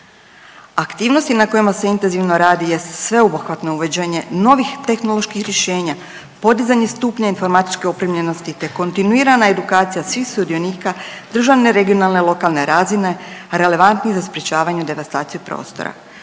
Aktivnosti na kojima se intenzivno radi jest sveobuhvatno uvođenje novih tehnoloških rješenja, podizanje stupnja informatičke opremljenosti, te kontinuirana edukacija svih sudionika državne regionalne lokalne razine relevantnih za sprječavanje devastacije prostora.